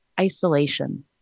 isolation